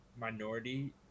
minority